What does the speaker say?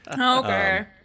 Okay